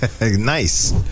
Nice